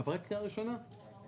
--- כן,